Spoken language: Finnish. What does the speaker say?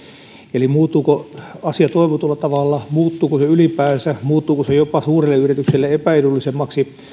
eli muuttuko asia toivotulla tavalla muuttuuko se ylipäänsä muuttuuko se jopa suurelle yritykselle epäedullisemmaksi